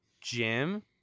Jim